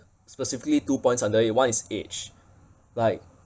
specifically two points under it one is age like